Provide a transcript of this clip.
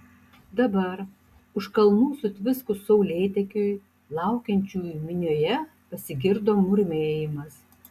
dabar už kalnų sutviskus saulėtekiui laukiančiųjų minioje pasigirdo murmėjimas